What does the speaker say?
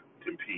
compete